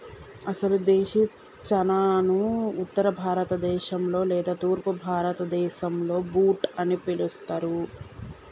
అసలు దేశీ చనాను ఉత్తర భారత దేశంలో లేదా తూర్పు భారతదేసంలో బూట్ అని పిలుస్తారు